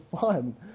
fun